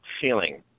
feeling